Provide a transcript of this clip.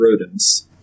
rodents